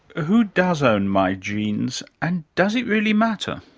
who does own my genes and does it really matter?